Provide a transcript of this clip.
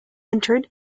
entered